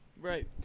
right